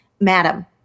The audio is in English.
Madam